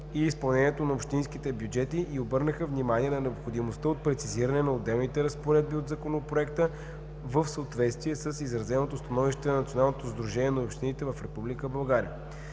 и изпълнението на общинските бюджети и обърнаха внимание на необходимостта от прецизиране на отделни разпоредби от Законопроекта в съответствие с изразеното становище на Националното сдружение на общините в